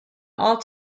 all